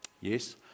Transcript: Yes